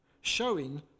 showing